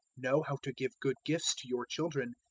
know how to give good gifts to your children,